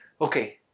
Okay